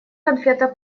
конфета